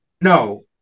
No